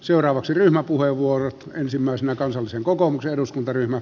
seuraavaksi ryhmäpuheenvuorot